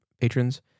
patrons